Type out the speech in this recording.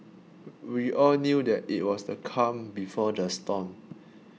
we all knew that it was the calm before the storm